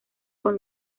con